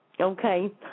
Okay